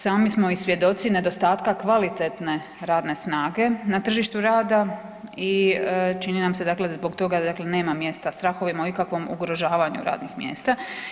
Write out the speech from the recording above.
Sami smo i svjedoci nedostatka kvalitetne radne snage na tržištu rada i čini nam se dakle da zbog toga dakle nema mjesta strahovima o ikakvom ugrožavanju radnih mjesta.